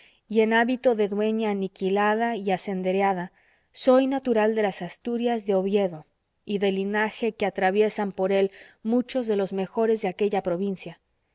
y en hábito de dueña aniquilada y asendereada soy natural de las asturias de oviedo y de linaje que atraviesan por él muchos de los mejores de aquella provincia